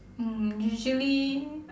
mm usually